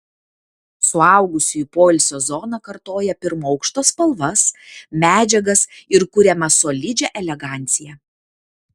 suaugusiųjų poilsio zona kartoja pirmo aukšto spalvas medžiagas ir kuriamą solidžią eleganciją